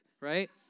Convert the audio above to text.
right